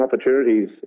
opportunities